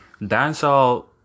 dancehall